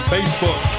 Facebook